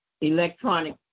electronic